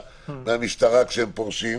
בסדר.